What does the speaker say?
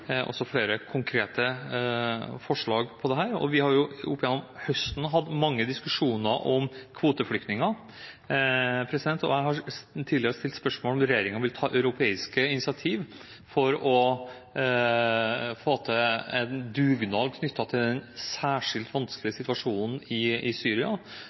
Vi har i løpet av høsten hatt mange diskusjoner om kvoteflyktninger, og jeg har tidligere stilt spørsmål om regjeringen vil ta initiativ for å få til en europeisk dugnad knyttet til den særskilt vanskelige situasjonen i Syria,